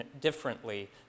differently